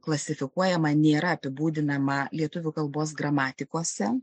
klasifikuojama nėra apibūdinama lietuvių kalbos gramatikose